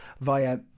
via